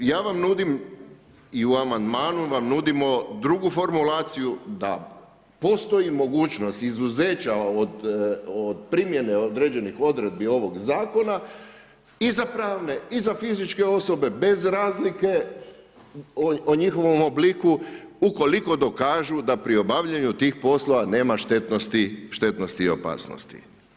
Dakle, ja vam nudim i u amandmanu vam nudimo drugu formulaciju da postoji mogućnost izuzeća od primjene određenih odredbi ovoga Zakona i za pravne i za fizičke osobe bez razlike o njihovom obliku u koliko dokažu da pri obavljanju tih poslova nema štetnosti i opasnosti.